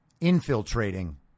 infiltrating